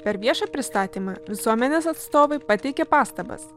per viešą pristatymą visuomenės atstovai pateikė pastabas